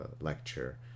lecture